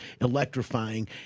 electrifying